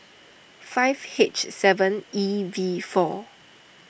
five H seven E V four